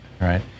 right